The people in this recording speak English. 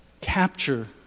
Capture